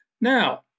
Now